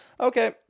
Okay